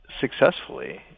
successfully